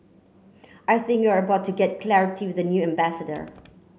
I think you are about to get clarity with the new ambassador